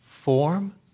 Form